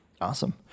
Awesome